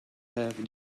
have